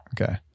Okay